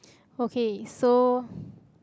okay so